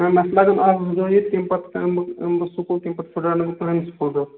میٚم اَسہِ لَگَن اکھ زٕ دۄہ ییٚتہِ تمہِ پَتہٕ یمہِ بہٕ یِمہٕ بہٕ سکوٗل تمہِ پَتہٕ پھُٹراوٕ نہٕ بہٕ کٕہیٖنٛۍ سکوٗل دۄہ